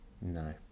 no